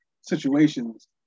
situations